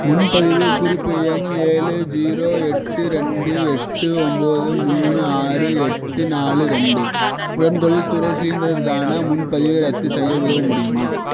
முன்பதிவு குறிப்பு எண் ஏழு ஜீரோ எட்டு ரெண்டு எட்டு ஒம்பது மூணு ஆறு எட்டு நாலு ரெண்டு துறை சிலிண்டருக்கான முன்பதிவை ரத்து செய்ய உதவ முடியுமா